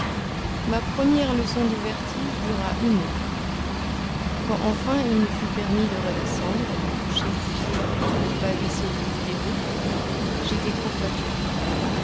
ma première leçon de vertige dura une heure quand enfin il me fut permis de redescendre et de toucher du pied le pavé solide des rues j'étais courbaturé